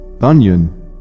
Onion